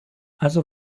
also